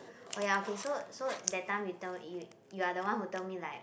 oh ya okay so so that time you told you you are the one who told me like